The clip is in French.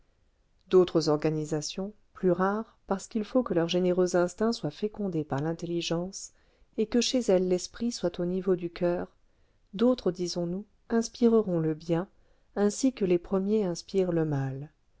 d'autres organisations plus rares parce qu'il faut que leurs généreux instincts soient fécondés par l'intelligence et que chez elles l'esprit soit au niveau du coeur d'autres disons-nous inspireront le bien ainsi que les premiers inspirent le mal